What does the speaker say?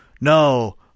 No